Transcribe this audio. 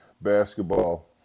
basketball